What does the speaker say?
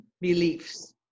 Beliefs